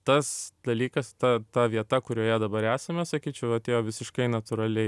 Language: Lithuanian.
tas dalykas ta ta vieta kurioje dabar esame sakyčiau atėjo visiškai natūraliai